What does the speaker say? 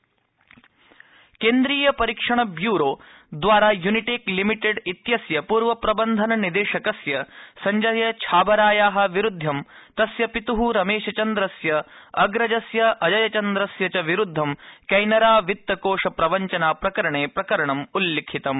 CBI Unitech केन्द्रीय परीक्षण bureau CBI इति द्वारा यूनिटेक् लिमिटेड् इत्यस्य पूर्व प्रबन्धन निदेशकस्य सञ्जयछाबराया विरुद्ध तस्य पित् रमेशचन्द्रस्य अग्रजस्य अजयचन्द्रस्य च विरुद्ध कैनरावित्तकोष प्रवञ्चनाप्रकरणे प्रकरणम् उल्लिखितम्